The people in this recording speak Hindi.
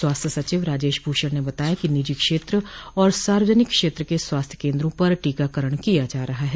स्वास्थ्य सचिव राजेश भूषण ने बताया कि निजी क्षेत्र और सार्वजनिक क्षेत्र के स्वास्थ्य केन्द्रों पर टीकाकरण किया जा रहा है